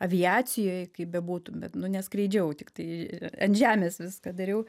aviacijoj kaip bebūtų bet nu neskraidžiau tiktai ant žemės viską dariau